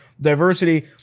diversity